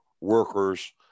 workers